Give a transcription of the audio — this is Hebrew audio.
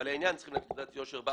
ובעלי העניין בארץ צריכים תעודת יושר.